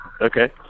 Okay